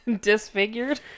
disfigured